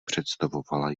představovala